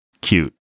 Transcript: cute